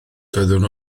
doeddwn